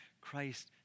Christ